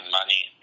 money